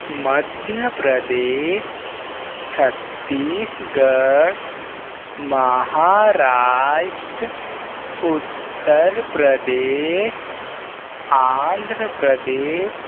Madhya Pradesh Chhattisgarh Maharashtra Uttar Pradesh Andhra Pradesh